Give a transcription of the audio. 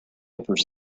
papers